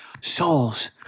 Souls